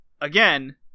again